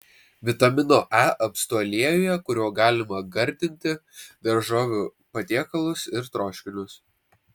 vitamino e apstu aliejuje kuriuo galima gardinti daržovių patiekalus ir troškinius